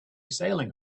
sailing